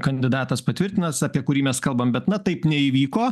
kandidatas patvirtintas apie kurį mes kalbam bet na taip neįvyko